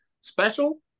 special